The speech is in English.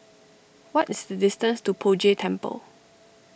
what is the distance to Poh Jay Temple